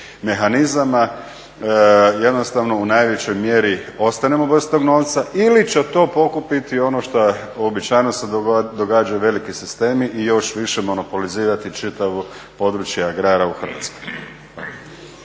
mehanizama jednostavno u najvećoj mjeri ostanemo bez tog novca ili će to pokupiti ono što uobičajeno se događa veliki sistemi i još više monopolizirati čitavo područje agrara u Hrvatskoj.